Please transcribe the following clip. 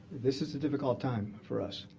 this is a difficult time for us.